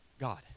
God